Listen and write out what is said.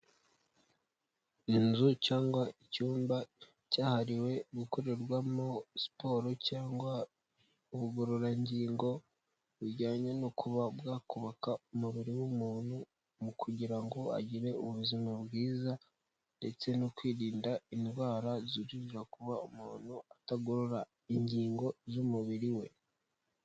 Inzu cyangwa icyumba cyahariwe gukorerwamo siporo cyangwa ubugororangingo, bujyanye no kuba bwakubaka umubiri w'umuntu mu kugira ngo agire ubuzima bwiza ndetse no kwirinda indwara zuririra kuba umuntu atagorora ingingo z'umubiri we.